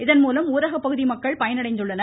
இதன்மூலம் ஊரக பகுதி மக்கள் பயனடைந்துள்ளனர்